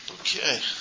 Okay